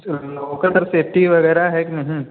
locker में safety वगैरह है